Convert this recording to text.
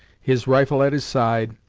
his rifle at his side,